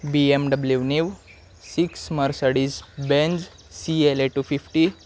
BMW nav six Mercedes Benz C L A two fifty